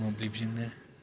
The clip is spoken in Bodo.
मोब्लिबजोंनो